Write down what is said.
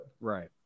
Right